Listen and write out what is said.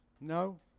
No